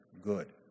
good